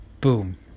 boom